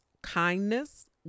kindness